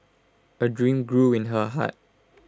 A dream grew in her heart